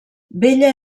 bella